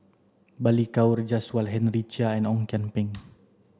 Balli Kaur Jaswal Henry Chia and Ong Kian Peng